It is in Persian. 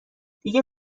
دیگه